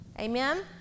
Amen